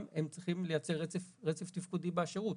הם צריכים לייצר רצף תפקודי בשירות.